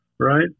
Right